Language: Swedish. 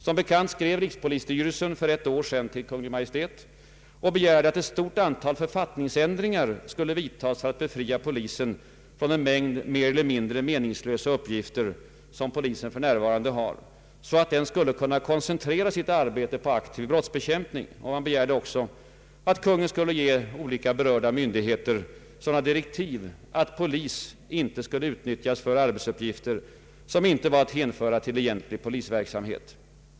Som bekant skrev rikspolisstyrelsen för ett år sedan till Kungl. Maj:t och begärde att ett stort antal författningsändringar skulle vidtas för att befria polisen från en mängd mer eller mindre meningslösa uppgifter som polisen för närvarande har, så att den skulle kunna koncentrera sitt arbete på aktiv brottsbekämpning. Man begärde också att Kungl. Maj:t skulle ge olika berörda myndigheter sådana direktiv att polis inte skulle utnyttjas för arbetsuppgifter som inte var att hänföra till egentlig polisverksamhet.